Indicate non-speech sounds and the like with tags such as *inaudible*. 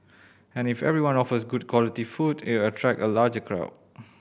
and if everyone offers good quality food it'll attract a larger crowd *noise*